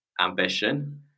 ambition